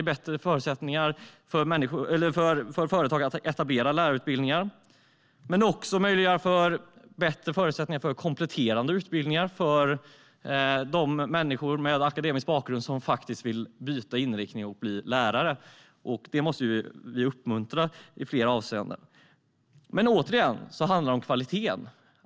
Vi vill ge bättre förutsättningar för företag att etablera lärarutbildningar. Vi vill också ge bättre förutsättningar för kompletterande utbildningar för de människor med akademisk bakgrund som vill byta inriktning och bli lärare. Det måste vi uppmuntra i flera avseenden. Återigen handlar det om kvaliteten.